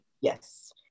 Yes